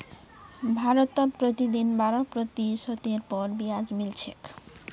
भारतत प्रतिदिन बारह प्रतिशतेर पर ब्याज मिल छेक